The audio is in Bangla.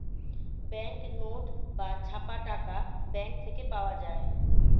ব্যাঙ্ক নোট বা ছাপা টাকা ব্যাঙ্ক থেকে পাওয়া যায়